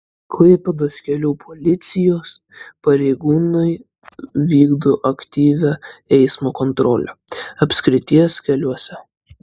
klaipėdos kelių policijos pareigūnai vykdo aktyvią eismo kontrolę apskrities keliuose